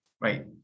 right